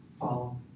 follow